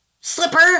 slipper